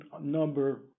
number